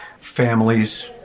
families